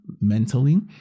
mentally